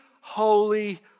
holy